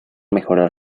mejorar